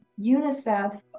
UNICEF